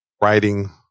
writing